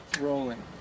rolling